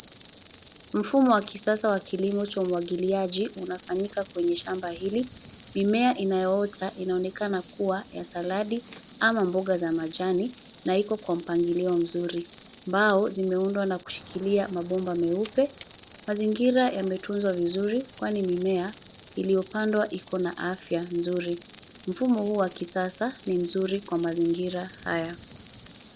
Mfumo wa kisasa wa kilimo cha umwagiliaji, unafanyika kwenye shamba hili. Mimea inayoota inaonekana kuwa ya saladi ama mboga za majani na iko kwa mpangilio mzuri. Mbao zimeundwa na kushikilia mabomba meupe. Mazingira yametunzwa vizuri, kwani mimea iliyopandwa ikona afya nzuri. Mfumo huu wa kisasa ni mzuri kwa mazingira haya.